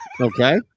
Okay